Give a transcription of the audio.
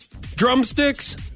drumsticks